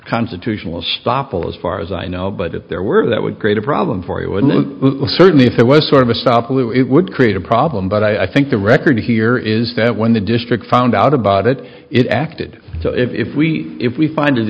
constitutional stoppel as far as i know but if there were that would create a problem for you and certainly if there was sort of a stop it would create a problem but i think the record here is that when the district found out about it it acted so if we if we find it